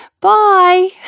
bye